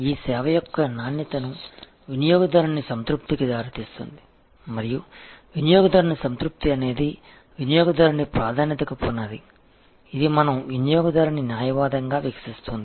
ఈ సేవ యొక్క నాణ్యతను వినియోగదారుని సంతృప్తికి దారితీస్తుంది మరియు వినియోగదారుని సంతృప్తి అనేది వినియోగదారుని ప్రాధాన్యతకు పునాది ఇది మనం వినియోగదారుని న్యాయవాదం గా వికసిస్తుంది